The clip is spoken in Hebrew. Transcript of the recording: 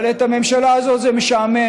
אבל את הממשלה הזאת זה משעמם,